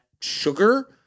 sugar